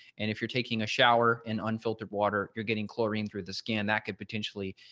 and if you're taking a shower and unfiltered water, you're getting chlorine through the skin that could potentially,